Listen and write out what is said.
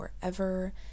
forever